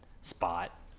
spot